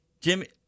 Jimmy